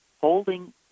Holding